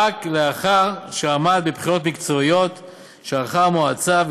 רק לאחר שעמד בבחינות מקצועיות שערכה המועצה,